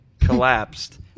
collapsed